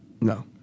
No